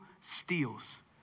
steals